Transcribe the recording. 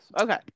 Okay